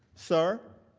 sir,